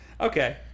Okay